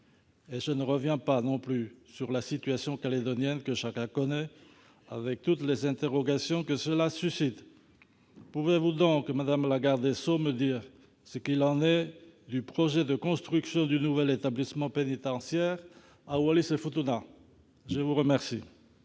Je ne reviens pas non plus sur la situation calédonienne, que chacun connaît, avec toutes les interrogations que cela suscite. Pouvez-vous donc, madame la garde des sceaux, me dire ce qu'il en est du projet de construction du nouvel établissement pénitentiaire à Wallis-et-Futuna ? La parole